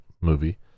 Movie